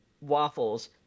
Waffles